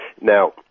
Now